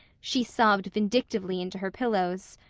she sobbed vindictively into her pillows.